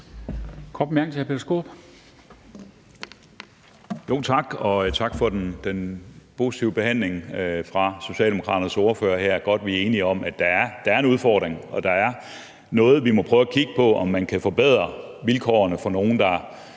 tak for den positive behandling fra Socialdemokratiets ordfører her. Det er godt, at vi er enige om, at der er en udfordring og der er noget, vi må prøve at kigge på om vi kan forbedre, altså om vi kan